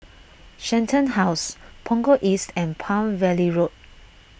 Shenton House Punggol East and Palm Valley Road